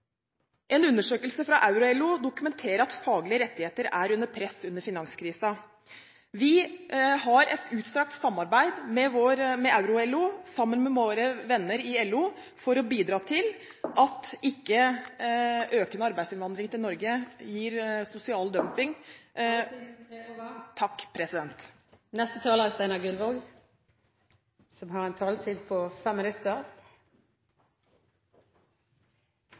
En undersøkelse fra Euro-LO dokumenterer at faglige rettigheter er under press under finanskrisen. Vi har et utstrakt samarbeid med Euro-LO – sammen med våre venner i LO – for å bidra til at økende arbeidsinnvandring til Norge ikke gir sosial dumping. Siden det er siste gang i denne stortingsperioden at Stortinget har en